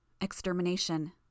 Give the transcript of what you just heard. Extermination